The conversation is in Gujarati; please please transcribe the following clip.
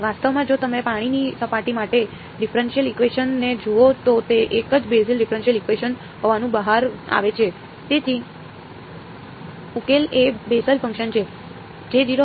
વાસ્તવમાં જો તમે પાણીની સપાટી માટેના ડિફેરએંશીયલ ઇકવેશન ને જુઓ તો તે એક જ બેસલ ડિફેરએંશીયલ ઇકવેશન હોવાનું બહાર આવે છે તેથી ઉકેલ એ બેસલ ફંકશન છે